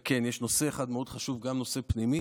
וכן, יש נושא אחד מאוד חשוב, גם נושא פנימי.